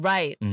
Right